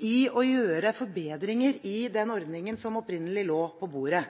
i å gjøre forbedringer i den ordningen som opprinnelig lå på bordet.